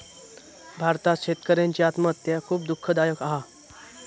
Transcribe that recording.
भारतात शेतकऱ्यांची आत्महत्या खुप दुःखदायक हा